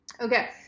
Okay